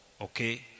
okay